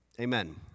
Amen